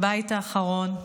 הבית האחרון,